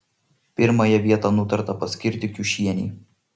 pirmąją vietą nutarta paskirti kiušienei